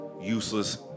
useless